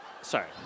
Sorry